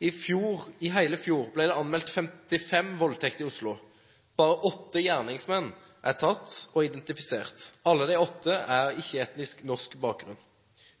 I hele fjor ble det anmeldt 55 voldtekter i Oslo. Bare åtte gjerningsmenn er tatt og identifisert. Alle de åtte har ikke-etnisk norsk bakgrunn.